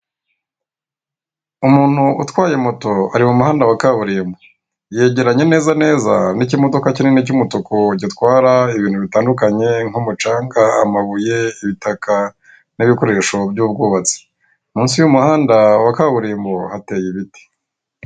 Umuntu utwaye moto ari mu muhanda wa kaburimbo, yegeranye neza neza n'ikimodoka kinini cy'umutuku gitwara ibintu bitandukanye nk'umucanga, amabuye, ibitaka n'ibikoresho by'ubwubatsi, mu nsi y'umuhanda wa kaburimbo hateye ibiti.